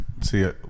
see